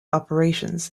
operations